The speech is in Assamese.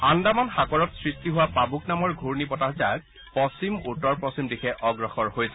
আন্দামান সাগৰত সৃষ্টি হোৱা পাবুক নামৰ ঘূৰ্ণী বতাহজাক পশ্চিম উত্তৰ পশ্চিম দিশে অগ্ৰসৰ হৈছে